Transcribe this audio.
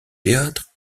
théâtre